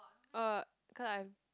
uh cause I'm